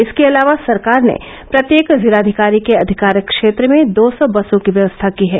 इसके अलावा सरकार ने प्रत्येक जिलाधिकारी के अधिकार क्षेत्र में दो सौ बसों की व्यवस्था की है